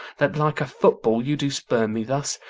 that like a football you do spurn me thus?